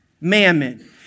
mammon